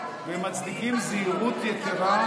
והם מצדיקים זהירות יתרה,